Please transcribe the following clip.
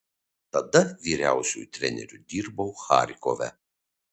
tada vyriausiuoju treneriu dirbau charkove